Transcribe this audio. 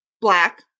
black